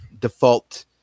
default